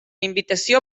invitació